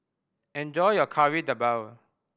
enjoy your Kari Debal